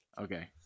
Okay